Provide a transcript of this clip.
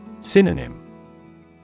Synonym